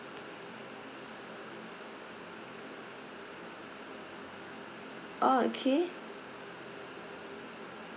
oh okay